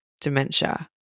dementia